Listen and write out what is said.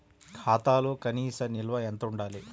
ఖాతాలో కనీస నిల్వ ఎంత ఉండాలి?